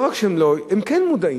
לא רק שהם לא, הם כן מודעים